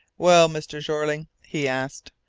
well, mr. jeorling, he asked,